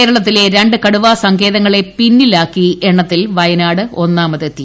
കേരളത്തിലെ രണ്ട് കടുവാസങ്കേതങ്ങളെ ്പിന്നിലാക്കി എണ്ണത്തിൽ വയനാട് ഒന്നാമതെത്തി